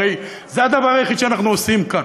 הרי זה הדבר היחיד שאנחנו עושים כאן,